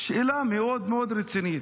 שאלה מאוד מאוד רצינית.